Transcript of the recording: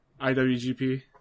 IWGP